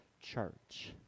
church